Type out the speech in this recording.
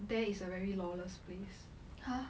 there is a very lawless place !huh!